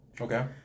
Okay